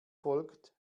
folgt